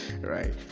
right